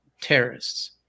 terrorists